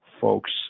folks